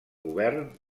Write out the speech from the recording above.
govern